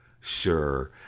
sure